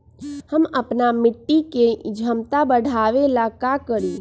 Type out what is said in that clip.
हम अपना मिट्टी के झमता बढ़ाबे ला का करी?